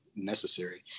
necessary